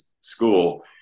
school